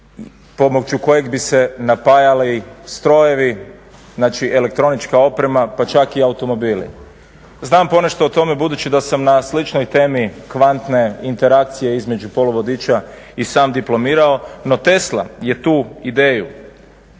pomoću kojeg bi se napajali strojevi, znači elektronička oprema pa čak i automobili. Znam ponešto o tome budući da sam na sličnoj temi kvantne interakcije između poluvodiča i sam diplomirao no Tesla je tu ideju